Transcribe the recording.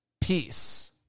Peace